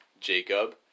Jacob